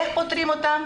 איך פותרים אותן?